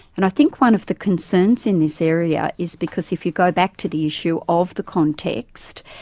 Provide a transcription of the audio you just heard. and i think one of the concerns in this area is because if you go back to the issue of the context,